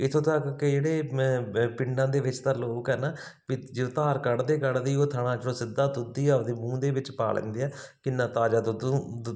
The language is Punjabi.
ਇੱਥੋਂ ਤੱਕ ਕਿ ਜਿਹੜੇ ਪਿੰਡਾਂ ਦੇ ਵਿੱਚ ਤਾਂ ਲੋਕ ਹੈ ਨਾ ਜਦੋਂ ਧਾਰ ਕੱਢਦੇ ਕੱਢਦੇ ਹੀ ਉਹ ਥਣਾਂ 'ਚੋ ਸਿੱਧਾ ਦੁੱਧ ਹੀ ਆਪਦੇ ਮੂੰਹ ਦੇ ਵਿੱਚ ਪਾ ਲੈਂਦੇ ਆ ਕਿੰਨਾ ਤਾਜ਼ਾ ਦੁੱਧ ਨੂੰ ਦੁੱ